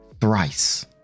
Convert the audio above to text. thrice